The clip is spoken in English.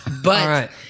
but-